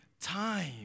time